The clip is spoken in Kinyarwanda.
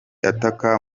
ataka